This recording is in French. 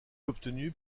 obtenue